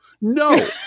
No